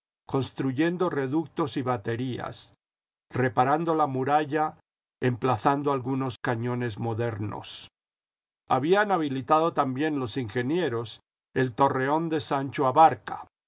construyendo reductos y baterías reparando la muralla emplazando algunos cañones modernos habían habilitado también los ingenieros el torreón de sancho abarca